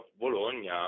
Bologna